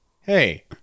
hey